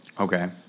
Okay